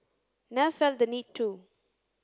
never felt the need to